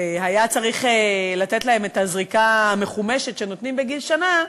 והיה צריך לתת להם את הזריקה המחומשת שנותנים בגיל שנה,